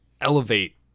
elevate